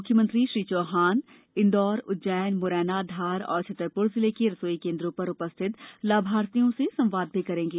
मुख्यमंत्री श्री चौहान इंदौर उज्जैन मुरैना धार और छतरपुर जिले के रसोई केन्द्रों पर उपस्थित लाभार्थियों से संवाद भी करेंगे